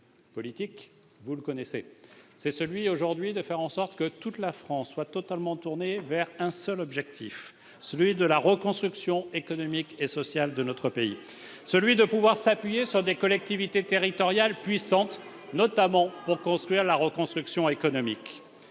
politique, vous le connaissez. Il s'agit de faire en sorte que toute la France soit totalement tournée vers un seul objectif : la reconstruction économique et sociale de notre pays. Pour cela, nous avons besoin de nous appuyer sur des collectivités territoriales puissantes, notamment pour réaliser la reconstruction économique.